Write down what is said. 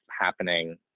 happening